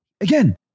again